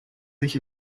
sich